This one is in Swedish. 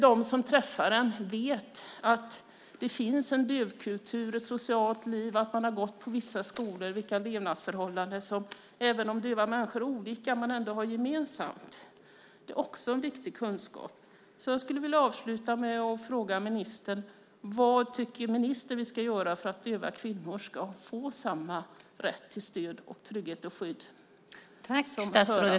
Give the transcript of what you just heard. De som träffar en behöver veta att det finns en dövkultur, ett socialt liv och att man har gått på vissa skolor och känna till levnadsförhållanden. Även om döva människor är olika har de ändå mycket gemensamt. Det är också en viktig kunskap. Jag vill avsluta med att ställa en fråga till ministern. Vad tycker ministern att vi ska göra för att döva kvinnor ska få samma rätt till stöd, trygghet och skydd som hörande?